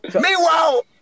Meanwhile